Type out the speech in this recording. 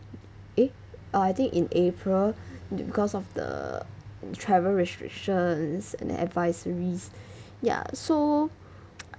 eh uh I think in april because of the travel restrictions and advisories ya so